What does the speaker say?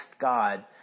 God